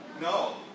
No